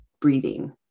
breathing